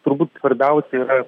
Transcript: turbūt svarbiausia yra